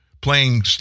playing